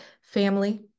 Family